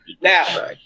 Now